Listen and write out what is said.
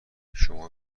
شما